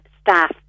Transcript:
staff